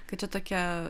kad čia tokia